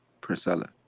Priscilla